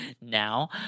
now